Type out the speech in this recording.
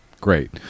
Great